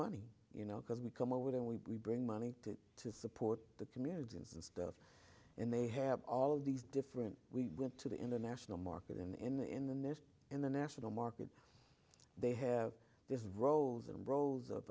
money you know because we come over and we bring money to support the community and stuff and they have all these different we went to the international market in in in this in the national market they have this rolls and rolls of